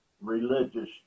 religious